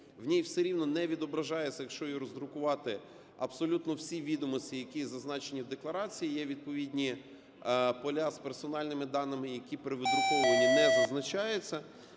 в ній все рівно не відображається, якщо і роздрукувати абсолютно всі відомості, які зазначені в декларації, є відповідні поля з персональними даними, які при видруковуванні не зазначаються,